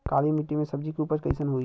काली मिट्टी में सब्जी के उपज कइसन होई?